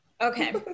Okay